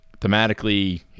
Thematically